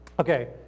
Okay